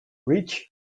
rich